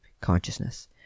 consciousness